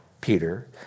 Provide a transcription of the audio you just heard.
Peter